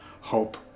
hope